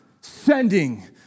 sending